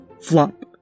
flop